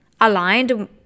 aligned